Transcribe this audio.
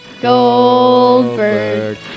Goldberg